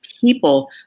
people